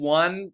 one